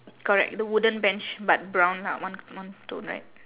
correct the wooden bench but brown co~ one one tone right